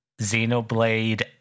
Xenoblade